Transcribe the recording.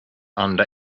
under